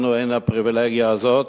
לנו אין הפריווילגיה הזאת.